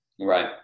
Right